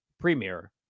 Premier